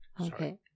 Okay